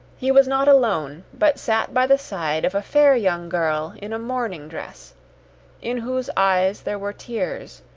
he was not alone, but sat by the side of a fair young girl in a mourning-dress in whose eyes there were tears,